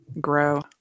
grow